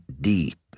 deep